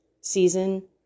season